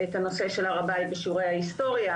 את הנושא של הר הבית בשיעורי ההיסטוריה.